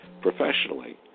professionally